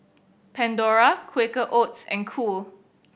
Pandora Quaker Oats and Cool